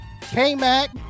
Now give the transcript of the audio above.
K-Mac